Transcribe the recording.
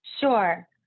sure